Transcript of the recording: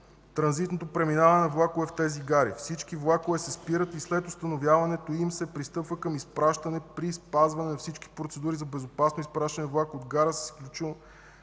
транзитното преминаване на влакове в тези гари; всички влакове се спират и след установяването им се пристъпва към изпращане при спазване на всички процедури за безопасно изпращане на влак от гара с изключено